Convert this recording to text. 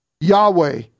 Yahweh